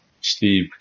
Steve